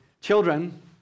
Children